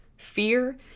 Fear